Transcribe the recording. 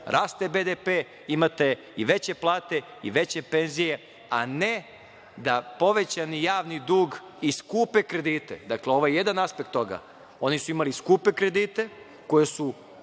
raste BDP. Imate i veće plate, veće penzije, a ne da povećani javni dug i skupe kredite, dakle, ovo je jedan aspekt toga. Oni su imali skupe kredite koje su